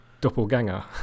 doppelganger